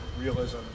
realism